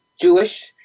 Jewish